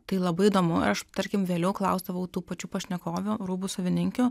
tai labai įdomu ir aš tarkim vėliau klausdavau tų pačių pašnekovių rūbų savininkių